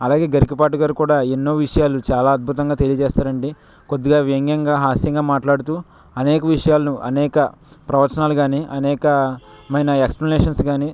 అలాగే గరికపాటి గారు కూడా ఎన్నో విషయాలు చాలా అద్భుతంగా తెలియజేస్తారండి కొద్దిగా వెంగ్యంగా హాస్యంగా మాట్లాడుతూ అనేక విషయాలను అనేక ప్రవచనాలు కాని అనేకమైన ఎక్సప్లనేషన్స్ కాని